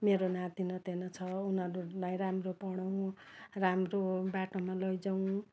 मेरो नाति नातिनी छ उनीहरूलाई राम्रो पढाऊँ राम्रो बाटोमा लैजाऊँ